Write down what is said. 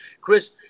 Chris